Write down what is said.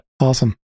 Awesome